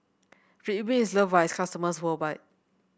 Ridwind is loved by its customers worldwide